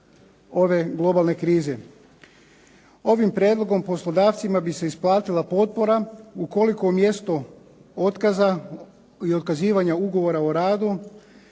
ove globalne krize. Ovim prijedlogom poslodavcima bi se isplatila potpora ukoliko umjesto otkaza i otkazivanja Ugovora o radu